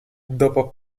dopo